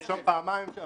נרשום פעמיים.